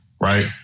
right